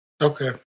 Okay